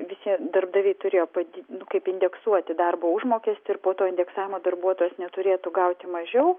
visi darbdaviai turėjo padi nu kaip indeksuoti darbo užmokestį ir po to indeksavimo darbuotojas neturėtų gauti mažiau